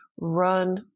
run